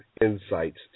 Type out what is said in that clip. insights